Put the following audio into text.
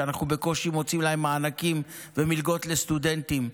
שאנחנו בקושי מוצאים להם מענקים ומלגות לסטודנטים,